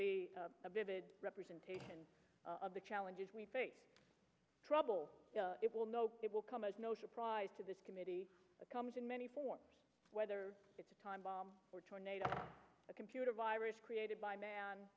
a vivid representation of the challenges we face trouble it will know it will come as no surprise to this committee comes in many forms whether it's a time bomb or tornado a computer virus created by man